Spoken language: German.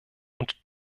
und